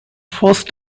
first